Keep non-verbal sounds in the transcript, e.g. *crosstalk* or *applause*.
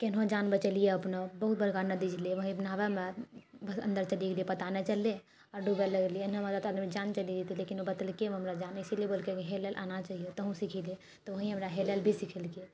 केनहो जान बचेलिऐ अपनो बहुत बड़का नदी छलै नहबैमे बस अन्दर चली गेलिऐ पता नहि चललै आ डूबै लगलिऐ *unintelligible* जान चली जैतै लेकिन ओ बचेलकै हमर जान इसलिए बोललकै की हेलैल आना चाहिए तहु सीखी ले तऽ ओएह हमरा हेलैला भी सिखेलकै